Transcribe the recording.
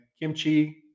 Kimchi